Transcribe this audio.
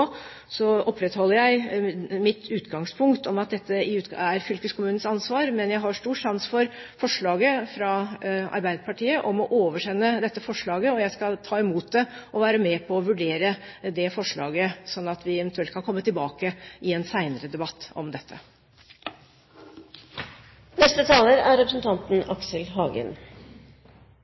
opprettholder jeg mitt utgangspunkt om at dette er fylkeskommunens ansvar. Men jeg har stor sans for oppfordringen fra Arbeiderpartiet om å oversende dette forslaget, og jeg skal ta imot det og være med på å vurdere det forslaget, slik at vi eventuelt kan komme tilbake i en senere debatt om